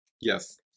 Yes